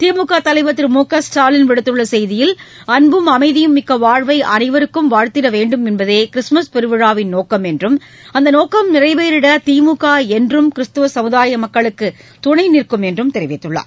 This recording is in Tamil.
திமுக தலைவர் திரு மு க ஸ்டாலின் விடுத்துள்ள செய்தியில் அன்பும் அமைதியும் மிக்க வாழ்க்கை அனைவருக்கும் வாய்த்திட வேண்டும் என்பதே கிறிஸ்தமஸ் பெருவிழாவின் நோக்கம் என்றும் அந்த நோக்கம் நிறைவேறிட திமுக என்றும் கிறிஸ்துவ சமுதாய மக்களுக்கு துணை நிற்கும் என்றும் தெரிவித்துள்ளார்